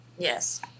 yes